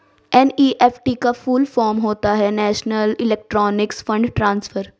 NEFT का full form होता है नेशनल इलेक्ट्रॉनिक्स फण्ड ट्रांसफर